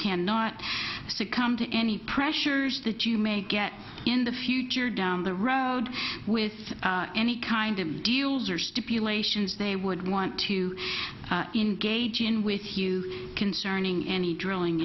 cannot succumb to any pressures that you may get in the future down the road with any kind of deals or stipulations they would want to engage in with you concerning any dr